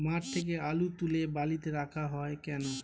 মাঠ থেকে আলু তুলে বালিতে রাখা হয় কেন?